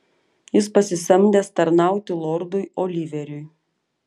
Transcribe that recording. jis pasisamdęs tarnauti lordui oliveriui